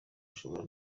ashobora